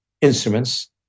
instruments